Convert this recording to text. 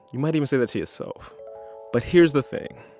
you might even say that to yourself but here's the thing.